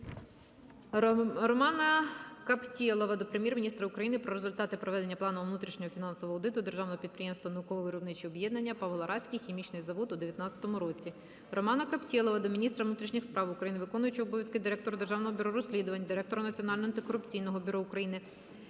Романа Каптєлова до Прем'єр-міністра України про результати проведення планового внутрішнього фінансового аудиту Державного підприємства "Науково-виробниче об'єднання "Павлоградський хімічний завод" у 19-му році. Романа Каптєлова до міністра внутрішніх справ України, виконувача обов'язків Директора Державного бюро розслідувань, Директора Національного антикорупційного бюро України,